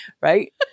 right